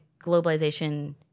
globalization